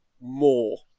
More